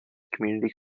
community